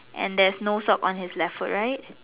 and then there's no shop on his left foot right